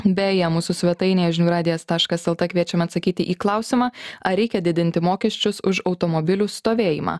beje mūsų svetainėje žinių radijas taškas lt kviečiame atsakyti į klausimą ar reikia didinti mokesčius už automobilių stovėjimą